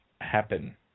happen